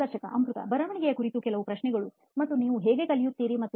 ಸಂದರ್ಶಕಅಮೃತ ಬರವಣಿಗೆಯ ಕುರಿತು ಕೆಲವೇ ಪ್ರಶ್ನೆಗಳು ಮತ್ತು ನೀವು ಹೇಗೆ ಕಲಿಯುತ್ತೀರಿ